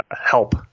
help